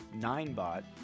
Ninebot